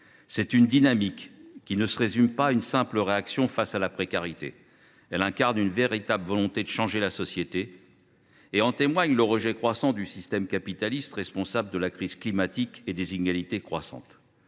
Cette dynamique ne se résume pas à une simple réaction face à la précarité. Elle incarne une véritable volonté de changer la société. En témoigne le rejet croissant du système capitaliste, responsable de la crise climatique et des inégalités croissantes.